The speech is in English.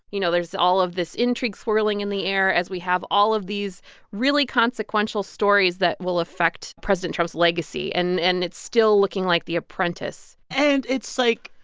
you know, there's all of this intrigue swirling in the air as we have all of these really consequential stories that will affect president trump's legacy. and and it's still looking like the apprentice. and it's, like,